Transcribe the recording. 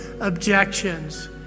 objections